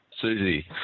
Susie